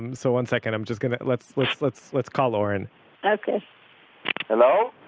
and so one second i'm just gonna, let's let's let's let's call oren ok hello?